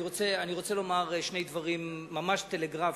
אני רוצה לומר שני דברים ממש טלגרפית.